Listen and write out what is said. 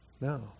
No